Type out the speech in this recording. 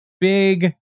big